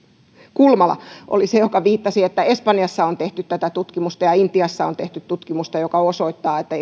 kulmala oli se joka viittasi että espanjassa on tehty tätä tutkimusta ja intiassa on tehty tutkimusta joka osoittaa että